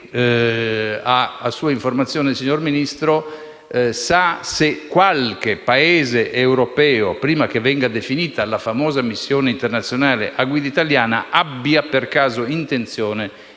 a sua informazione, sa se qualche Paese europeo, prima che venga definita la famosa missione internazionale a guida italiana, abbia per caso intenzione di